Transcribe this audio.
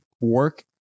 work